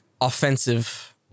offensive